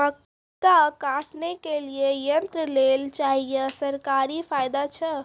मक्का काटने के लिए यंत्र लेल चाहिए सरकारी फायदा छ?